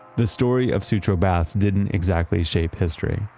the story of sutro baths didn't exactly shape history.